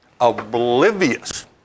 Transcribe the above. Oblivious